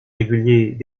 réguliers